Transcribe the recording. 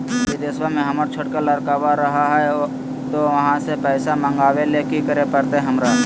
बिदेशवा में हमर छोटका लडकवा रहे हय तो वहाँ से पैसा मगाबे ले कि करे परते हमरा?